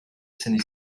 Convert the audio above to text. scènes